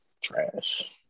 trash